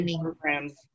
programs